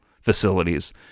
facilities